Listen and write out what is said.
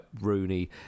Rooney